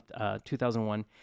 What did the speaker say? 2001